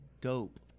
dope